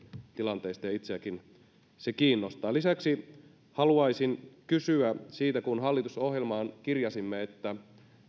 tilanteesta ja itseänikin se kiinnostaa lisäksi haluaisin kysyä siitä kun hallitusohjelmaan kirjasimme että